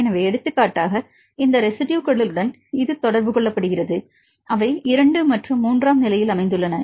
எனவே எடுத்துக்காட்டாக இந்த 2 ரெஸிட்யுகளுடன் இது தொடர்பு கொள்ளப்படுகிறது அவை 2 மற்றும் 3 நிலையில் அமைந்துள்ளன